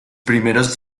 primeros